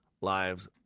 lives